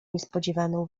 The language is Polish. niespodzianą